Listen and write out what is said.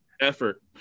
effort